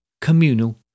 communal